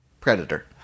Predator